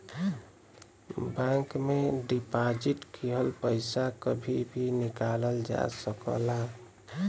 bank में deposit किहल पइसा कभी भी निकालल जा सकला